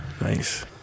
Nice